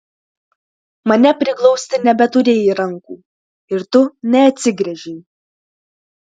mane priglausti nebeturėjai rankų ir tu neatsigręžei